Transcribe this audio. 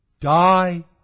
die